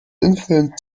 influenced